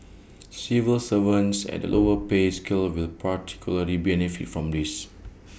civil servants at the lower pay scale will particularly benefit from this